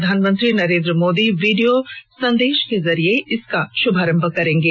प्रधानमंत्री नरेन्द्र मोदी वीडियो संदेश के जरिये इसका शुभारम्भ करेंगे